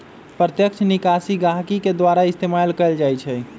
प्रत्यक्ष निकासी गहकी के द्वारा इस्तेमाल कएल जाई छई